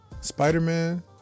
spider-man